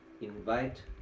invite